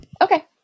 Okay